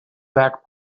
back